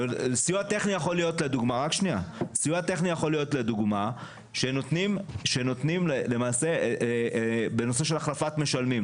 סיוע טכני יכול להיות לדוגמה כאשר נותנים סיוע נושא של החלפת משלמים.